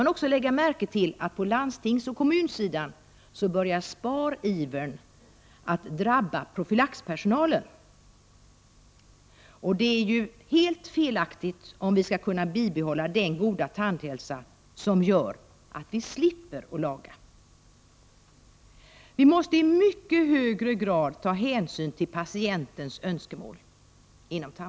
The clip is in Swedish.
Men man skall lägga märke till att sparivern på kommunoch landstingsområdet nu börjar drabba profylaxpersonalen. Det är alldeles felaktigt om vi skall kunna bibehålla den goda tandhälsa som gör att vi slipper laga våra tänder. Vi måste inom tandvården i mycket högre grad ta hänsyn till patientens önskemål.